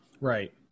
Right